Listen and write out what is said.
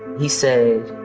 he said,